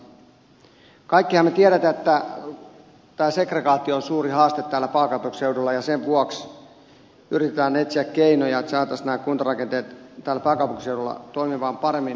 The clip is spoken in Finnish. kaikkihan me tiedämme että tämä segregaatio on suuri haaste täällä pääkaupunkiseudulla ja sen vuoksi yritetään etsiä keinoja että saataisiin nämä kuntarakenteet täällä pääkaupunkiseudulla toimimaan paremmin